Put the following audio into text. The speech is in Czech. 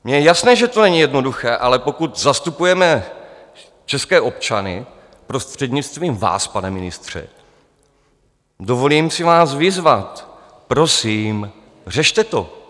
Mně je jasné, že to není jednoduché, ale pokud zastupujeme české občany, prostřednictvím vás, pane ministře, dovolím si vás vyzvat: Prosím, řešte to!